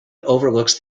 overlooks